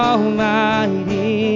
Almighty